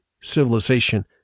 civilization